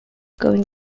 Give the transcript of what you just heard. going